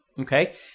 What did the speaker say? Okay